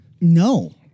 No